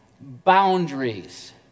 boundaries